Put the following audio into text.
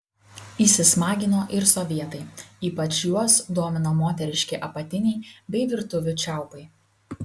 įsismagino ir sovietai ypač juos domino moteriški apatiniai bei virtuvių čiaupai